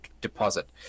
deposit